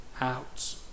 out